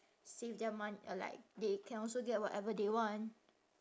save their mon~ uh like they can also get whatever they want